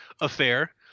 affair